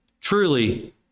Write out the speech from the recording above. truly